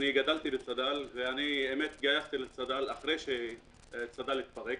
גדלתי לצד"ל, והתגייסתי לצד"ל אחרי שצד"ל התפרק.